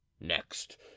next